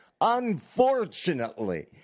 unfortunately